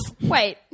Wait